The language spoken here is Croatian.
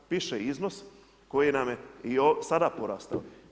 Piše iznos koji nam je i sada porastao.